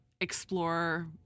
explore